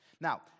Now